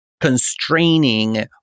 constraining